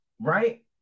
right